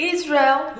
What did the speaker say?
Israel